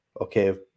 okay